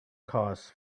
costs